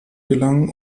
gelangen